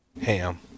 ham